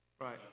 Right